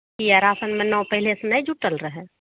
कियै रासनमे नओ पहिले सऽ नहि जुटल रहै